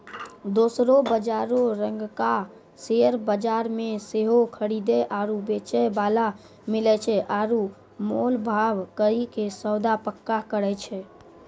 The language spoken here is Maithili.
दोसरो बजारो रंगका शेयर बजार मे सेहो खरीदे आरु बेचै बाला मिलै छै आरु मोल भाव करि के सौदा पक्का करै छै